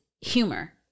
humor